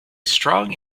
strong